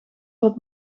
wat